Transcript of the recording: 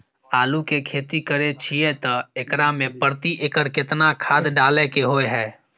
आलू के खेती करे छिये त एकरा मे प्रति एकर केतना खाद डालय के होय हय?